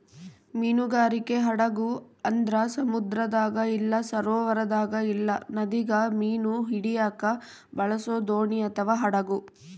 ಮೀನುಗಾರಿಕೆ ಹಡಗು ಅಂದ್ರ ಸಮುದ್ರದಾಗ ಇಲ್ಲ ಸರೋವರದಾಗ ಇಲ್ಲ ನದಿಗ ಮೀನು ಹಿಡಿಯಕ ಬಳಸೊ ದೋಣಿ ಅಥವಾ ಹಡಗು